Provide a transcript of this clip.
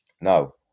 No